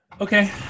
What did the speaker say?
okay